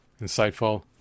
insightful